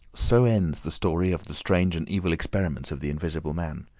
so ends the story of the strange and evil experiments of the invisible man.